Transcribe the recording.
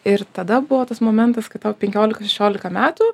ir tada buvo tas momentas kai tau penkiolika šešiolika metų